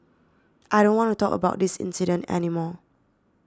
I don't want to talk about this incident any more